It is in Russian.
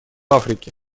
африки